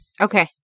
Okay